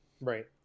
right